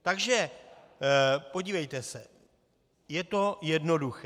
Takže podívejte se, je to jednoduché.